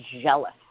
jealous